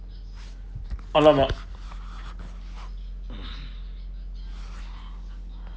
!alamak!